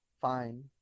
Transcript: fine